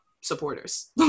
supporters